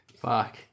Fuck